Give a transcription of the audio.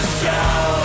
show